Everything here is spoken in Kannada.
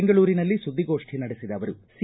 ಬೆಂಗಳೂರಿನಲ್ಲಿ ಸುದ್ದಿಗೋಷ್ಠಿ ನಡೆಸಿದ ಅವರು ಸಿ